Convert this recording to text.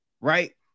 right